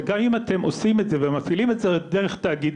שגם אם אתם עושים את זה ומפעילים את זה דרך תאגידים,